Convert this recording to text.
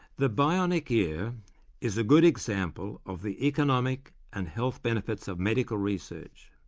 the bionic ear is a good example of the economic and health benefits of medical research.